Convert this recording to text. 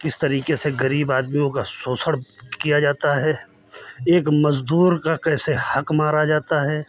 किस तरीके से गरीब आदमियों का शोषण किया जाता है एक मजदूर का कैसे हक मारा जाता है